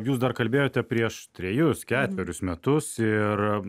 jūs dar kalbėjote prieš trejus ketverius metus ir